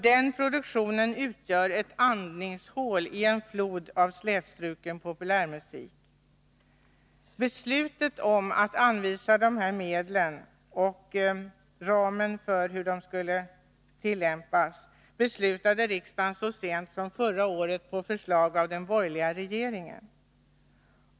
Den produktionen utgör ett andningshål i en flod av slätstruken populärmusik. Beslutet om att anvisa dessa medel och om ramen för deras användning fattade riksdagen så sent som förra året på förslag av den borgerliga regeringen.